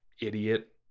idiot